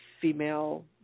female